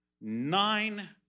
nine